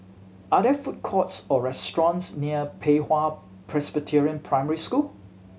are there food courts or restaurants near Pei Hwa Presbyterian Primary School